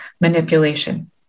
manipulation